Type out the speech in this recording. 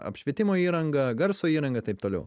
apšvietimo įrangą garso įrangą taip toliau